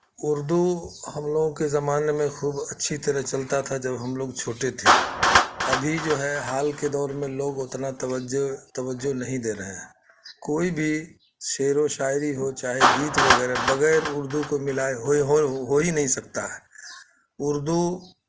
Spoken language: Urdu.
اردو ہم لوگوں کے زمانے میں خوب اچھی طرح چلتا تھا جب ہم لوگ چھوٹے تھے ابھی جو ہے حال کے دور میں لوگ اتنا توجہ توجہ نہیں دے رہے ہیں کوئی بھی شعر و شاعری ہو چاہے گیت وغیرہ بغیر اردو کو ملائے ہوئے ہو ہو ہی نہیں سکتا ہے اردو